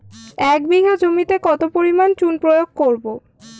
এক বিঘা জমিতে কত পরিমাণ চুন প্রয়োগ করব?